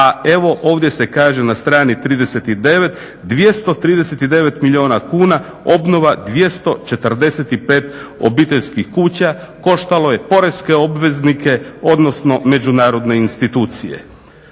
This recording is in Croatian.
a evo ovdje se kaže na strani 39. 239 milijuna kuna obnova 245 obiteljskih kuća koštalo je porezne obveznike odnosno međunarodne institucije.